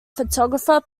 photographer